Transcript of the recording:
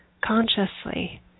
consciously